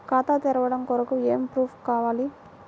ఖాతా తెరవడం కొరకు ఏమి ప్రూఫ్లు కావాలి?